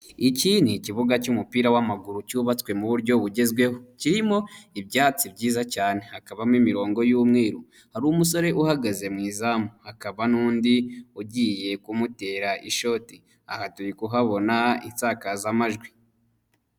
Iki ni ikibuga cy'umupira w'amaguru cyubatswe mu buryo bugezweho kirimo ibyatsi byiza cyane, hakabamo imirongo y'umweru, hari umusore uhagaze mu izamu, hakaba n'undi ugiye kumutera ishoti, aha turi kuhabona insakazamajwi.